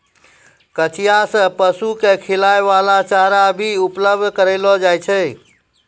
कचिया सें पशु क खिलाय वाला चारा भी उपलब्ध करलो जाय छै